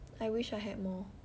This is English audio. I wish I had more